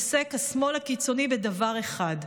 עוסק השמאל הקיצוני בדבר אחד: